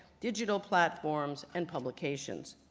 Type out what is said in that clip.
digital platforms, and publications.